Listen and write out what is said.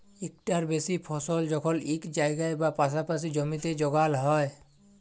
ইকটার বেশি ফসল যখল ইক জায়গায় বা পাসাপাসি জমিতে যগাল হ্যয়